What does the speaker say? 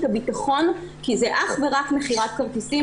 הביטחון כי זה אך ורק מכירת כרטיסים.